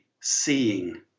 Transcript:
seeing